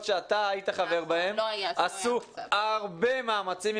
שאתה היית חבר בהן עשו הרבה מאמצים,